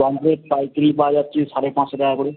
pomfret পাইকিরি পাওয়া যাচ্ছে সাড়ে পাঁচশো টাকা করে